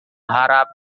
harap